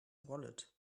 wallet